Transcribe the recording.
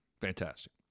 fantastic